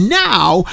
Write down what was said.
now